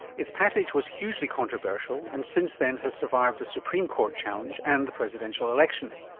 its passage was hugely controversial and since then has survived a supreme court challenge and the presidential election.